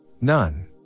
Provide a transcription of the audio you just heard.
None